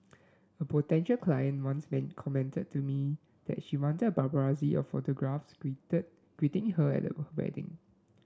a potential client once commented to me that she wanted a paparazzi of photographers greeting her at her wedding